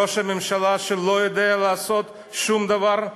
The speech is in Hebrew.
ראש ממשלה שלא יודע לעשות שום דבר,